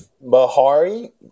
Bahari